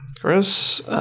Chris